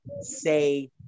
say